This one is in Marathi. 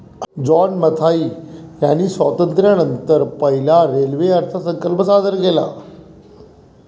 जॉन मथाई यांनी स्वातंत्र्यानंतर पहिला रेल्वे अर्थसंकल्प सादर केला